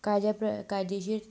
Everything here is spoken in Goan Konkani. कायद्या प्र कायदेशीर